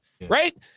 right